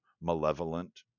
malevolent